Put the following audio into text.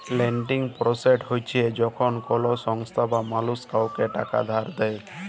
lending process হছে যখল কল সংস্থা বা মালুস কাউকে টাকা ধার দেঁই